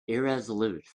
irresolute